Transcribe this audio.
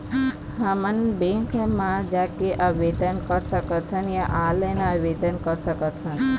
हमन बैंक मा जाके आवेदन कर सकथन या ऑनलाइन आवेदन कर सकथन?